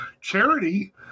charity